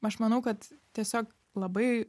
aš manau kad tiesiog labai